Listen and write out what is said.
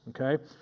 okay